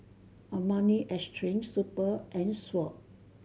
Armani Exchange Super and Swatch